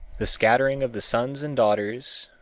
the scattering of the sons and daughters,